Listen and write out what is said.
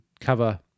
cover